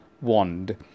wand